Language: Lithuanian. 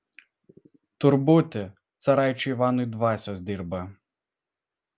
tur būti caraičiui ivanui dvasios dirba